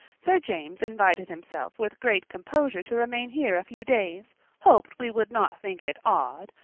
sir james invited himself with great composure to remain here a few days hoped we would not think it odd,